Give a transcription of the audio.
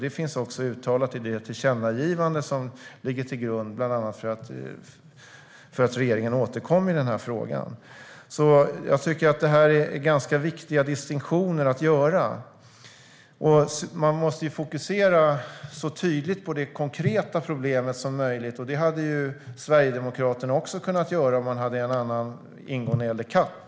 Det finns också uttalat i det tillkännagivande som bland annat ligger till grund för att regeringen återkom i den här frågan. Jag tycker att det här är ganska viktiga distinktioner att göra. Man måste fokusera på det konkreta problemet så tydligt som möjligt, och det hade Sverigedemokraterna också kunnat göra om de hade haft en annan ingång när det gäller kat.